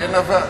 זה כן עבד?